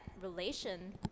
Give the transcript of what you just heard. relation